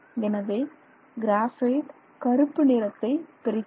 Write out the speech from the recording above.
எனவே கிராபைட் கருப்பு நிறத்தை பெறுகிறது